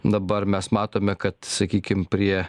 dabar mes matome kad sakykim prie